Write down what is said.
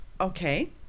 Okay